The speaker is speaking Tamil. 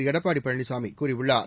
எடப்பாடி பழனிசாமி கூறியுள்ளார்